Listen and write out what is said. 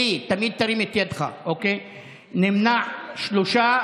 אלי, תמיד תרים את ידך, נמנעים, שלושה.